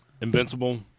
Invincible